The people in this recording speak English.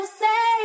say